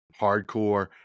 hardcore